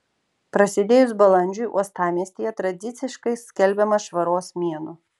prasidėjus balandžiui uostamiestyje tradiciškai skelbiamas švaros mėnuo